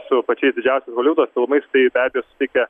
su pačiais didžiausia holivudo filmais tai be abejo suteikia